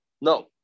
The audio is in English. No